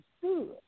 good